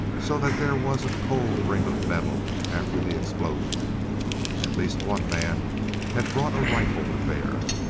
so that there was a cold ring of metal after the explosion at least one man had brought a rifle to bear.